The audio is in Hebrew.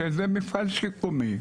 שזה מפעל שיקומי,